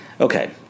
Okay